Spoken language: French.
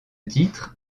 titre